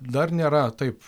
dar nėra taip